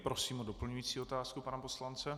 Prosím o doplňující otázku pana poslance.